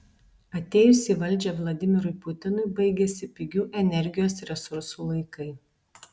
atėjus į valdžią vladimirui putinui baigėsi pigių energijos resursų laikai